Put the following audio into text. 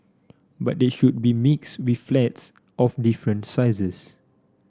but they should be mixed with flats of different sizes